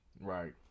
Right